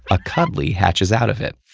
a cuddly hatches out of it.